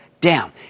down